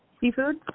seafood